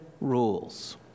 rules